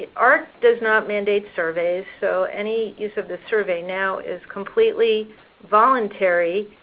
ahrq does not mandate surveys so, any use of the survey now is completely voluntary.